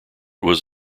was